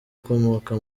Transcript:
ukomoka